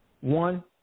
One